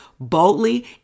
boldly